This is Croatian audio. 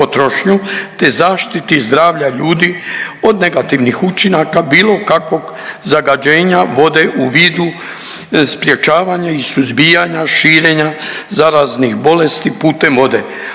te zaštiti zdravlja ljudi od negativnih učinaka bilo kakvog zagađenja vode u vidu sprječavanja i suzbijanja širenja zaraznih bolesti putem vode